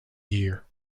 year